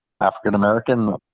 African-American